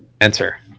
Enter